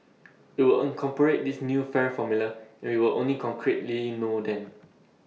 IT will incorporate this new fare formula and we will only concretely know then